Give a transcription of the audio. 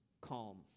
calm